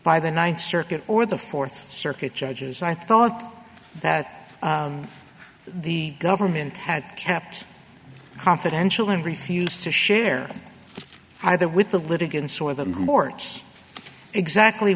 by the ninth circuit or the fourth circuit judges i thought that the government had kept confidential and refused to share either with